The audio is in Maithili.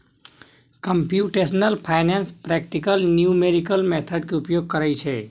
computational finance practical numerical method के उपयोग करइ छइ